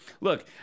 Look